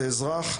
זה אזרח,